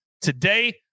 today